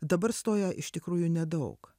dabar stoja iš tikrųjų nedaug